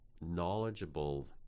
knowledgeable